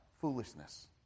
foolishness